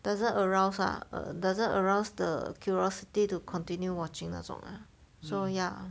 doesn't arouse lah err doesn't arouse the curiosity to continue watching 那种 lah so ya